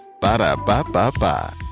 Ba-da-ba-ba-ba